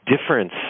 difference